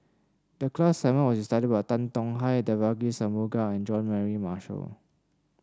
the class assignment was to study about Tan Tong Hye Devagi Sanmugam and Jean Mary Marshall